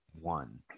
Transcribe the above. one